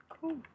Cool